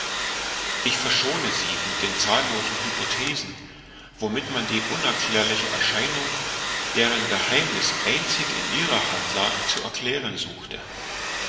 ich verschone sie mit den zahllosen hypothesen womit man die unerklärliche erscheinung deren geheimniß einzig in ihrer hand lag zu erklären suchte